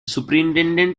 superintendent